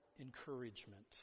encouragement